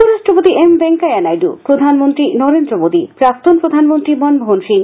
উপরাষ্ট্রপতি এম ভেঙ্কাইয়া নাইডু প্রধানমন্ত্রী নরেন্দ্র মোদী প্রাক্তন প্রধানমন্ত্রী মনমোহন সিং